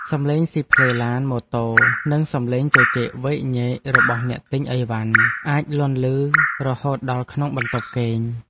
សំឡេងស៊ីផ្លេឡាន ម៉ូតូ និងសំឡេងជជែកវែកញែករបស់អ្នកទិញអីវ៉ាន់អាចលាន់ឮរហូតដល់ក្នុងបន្ទប់គេង។